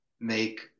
make